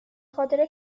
خاطر